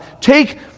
take